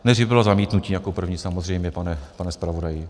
Nejdřív bylo zamítnutí jako první, samozřejmě, pane zpravodaji.